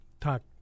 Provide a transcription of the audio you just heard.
talk